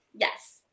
Yes